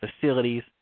facilities